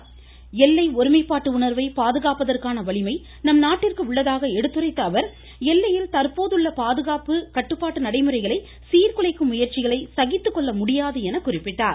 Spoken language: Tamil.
இந்தியாவின் எல்லை ஒருமைப்பாட்டுணர்வை பாதுகாப்பதற்கான வலிமை நம் நாட்டிற்கு உள்ளதாக எடுத்துரைத்த அவர் எல்லையில் தற்போதுள்ள பாதுகாப்பு கட்டப்பாட்டு நடைமுறைகளை சீர்குலைக்கும் முயற்சிகளை சகித்து கொள்ள முடியாது என குறிப்பிட்டார்